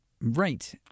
Right